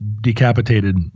decapitated